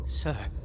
Sir